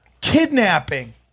kidnapping